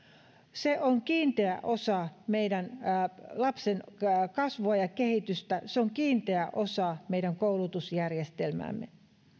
se on kiinteä osa meidän lapsiemme kasvua ja kehitystä se on kiinteä osa meidän koulutusjärjestelmäämme